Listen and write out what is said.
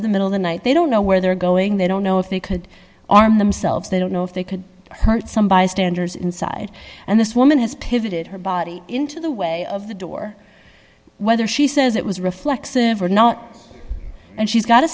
of the middle of night they don't know where they're going they don't know if they could arm themselves they don't know if they could hurt some bystanders inside and this woman has pivoted her body into the way of the door whether she says it was reflexive or not and she's got